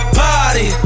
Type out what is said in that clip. party